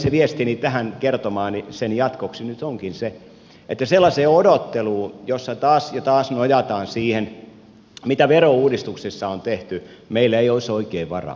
se viestini tähän kertomaani sen jatkoksi nyt onkin se että sellaiseen odotteluun jossa taas ja taas nojataan siihen mitä verouudistuksissa on tehty meillä ei olisi oikein varaa